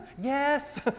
yes